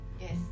Yes